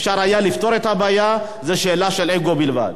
אפשר היה לפתור את הבעיה, זה שאלה של אגו בלבד.